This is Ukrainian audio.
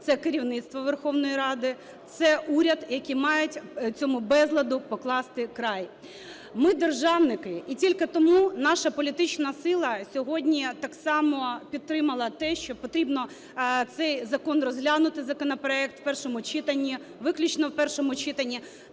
Це керівництво Верховної Ради, це уряд, який має цьому безладу покласти край. Ми – державники, і тільки тому наша політична сила сьогодні так само підтримала те, що потрібно цей закон розглянути, законопроект, в першому читанні, виключно в першому читанні,